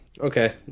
okay